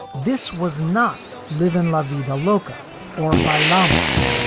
this was not live in la vida loca or bailamos,